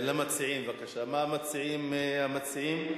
למציעים, בבקשה, מה מציעים המציעים?